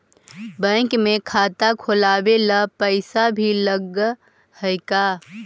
Bank में खाता खोलाबे ल पैसा भी लग है का?